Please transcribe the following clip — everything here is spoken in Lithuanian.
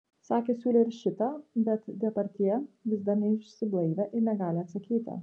sakė siūlė ir šitą bet depardjė vis dar neišsiblaivė ir negali atsakyti